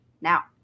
now